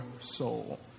soul